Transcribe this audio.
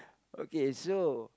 okay so